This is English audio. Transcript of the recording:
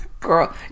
Girl